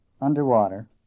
underwater